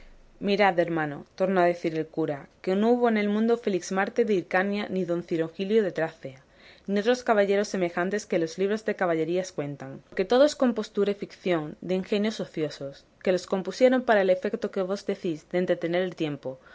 mirad hermano tornó a decir el cura que no hubo en el mundo felixmarte de hircania ni don cirongilio de tracia ni otros caballeros semejantes que los libros de caballerías cuentan porque todo es compostura y ficción de ingenios ociosos que los compusieron para el efeto que vos decís de entretener el tiempo